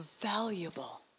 valuable